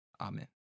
Amen